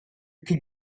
can